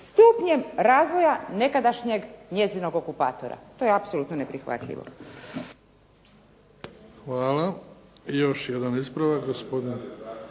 stupnjem razvoja nekadašnjeg njezinog okupatora. To je apsolutno neprihvatljivo.